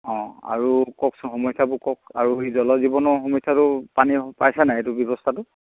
অঁ আৰু কওকচোন সমস্যাবোৰ কওক আৰু এই জল জীৱনৰ সমস্যাটো পানী পাইছে নাই এইটো ব্যৱস্থাটো